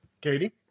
Katie